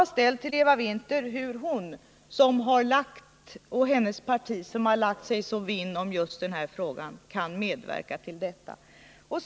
Jag ställde till Eva Winther frågan hur hon och hennes parti, som så till den grad har lagt sig vinn om denna fråga, kunnat medverka till detta.